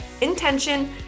intention